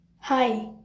Hi